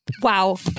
Wow